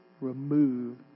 remove